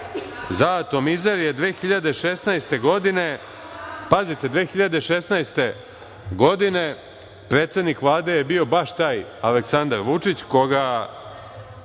za „atomizer“ je 2016. godine, pazite, 2016. godine predsednik Vlade je bio baš taj Aleksandar Vučić, koga